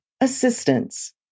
assistance